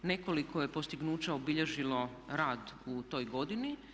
Nekoliko je postignuća obilježilo rad u toj godini.